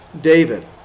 David